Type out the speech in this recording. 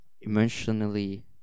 emotionally